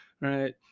right